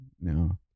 No